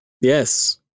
Yes